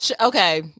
Okay